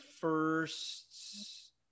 first